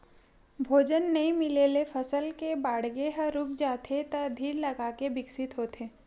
भोजन नइ मिले ले फसल के बाड़गे ह रूक जाथे त धीर लगाके बिकसित होथे